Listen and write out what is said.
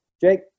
Jake